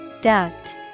Duct